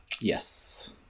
Yes